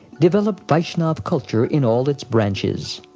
developed vaishnava culture in all its branches.